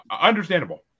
Understandable